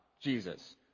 Jesus